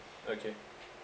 okay